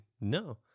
no